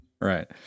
Right